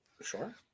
Sure